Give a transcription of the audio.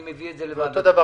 אני מביא את זה לוועדת הכנסת.